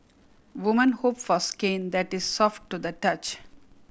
women hope for skin that is soft to the touch